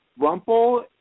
Rumpel